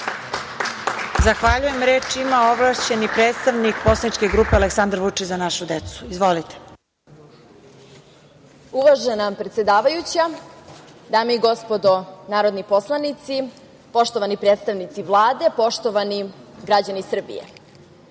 Zahvaljujem. Reč ima ovlašćeni predstavnik poslaničke grupe „Aleksandar Vučić – Za našu decu“. Izvolite. **Ana Beloica Martać** Uvažena predsedavajuća, dame i gospodo narodni poslanici, poštovani predstavnici Vlade, poštovani građani Srbije,